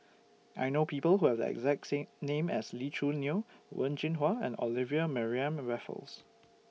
I know People Who Have The exact same name as Lee Choo Neo Wen Jinhua and Olivia Mariamne Raffles